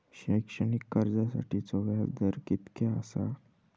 शैक्षणिक कर्जासाठीचो व्याज दर कितक्या आसा?